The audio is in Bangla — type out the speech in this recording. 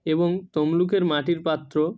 এবং তমলুকের মাটির পাত্র